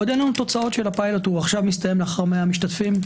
עוד אין לנו תוצאות הוא כעת מסתיים לאחר 100 משתתפים.